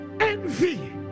envy